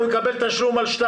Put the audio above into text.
כי אנחנו מפעילים בשבילו את השכל.